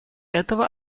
этого